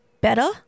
better